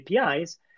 APIs